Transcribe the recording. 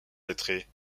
lettré